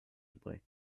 tree